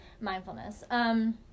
Mindfulness